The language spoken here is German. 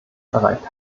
erreicht